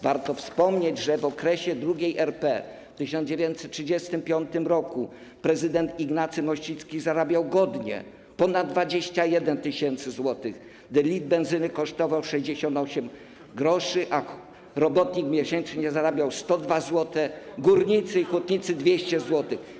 Warto wspomnieć, że w okresie II RP w 1935 r. prezydent Ignacy Mościcki zarabiał godnie - ponad 21 tys. zł, gdy litr benzyny kosztował 68 gr, robotnik miesięcznie zarabiał 102 zł, a górnicy i hutnicy - 200 zł.